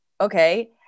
okay